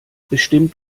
bestimmt